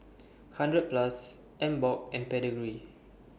hundred Plus Emborg and Pedigree